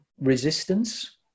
resistance